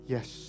Yes